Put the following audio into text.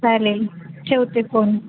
चालेल ठेवते फोन